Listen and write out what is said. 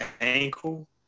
ankle